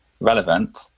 relevant